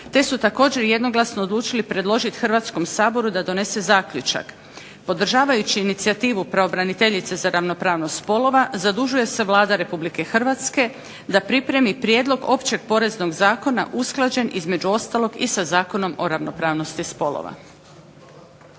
te su također jednoglasno odlučili predložiti Hrvatskom saboru da donese zaključak. Podržavajući inicijativu pravobraniteljice za ravnopravnost spolova zadužuje se Vlada Republike Hrvatske da pripremi prijedlog Općeg poreznog zakona usklađen između ostalog i sa Zakonom o ravnopravnosti spolova.